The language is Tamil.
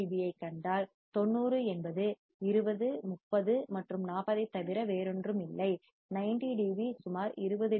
பியைக் கண்டால் 90 என்பது 20 30 மற்றும் 40 ஐத் தவிர வேறொன்றுமில்லை 90 டிபி சுமார் 20 டி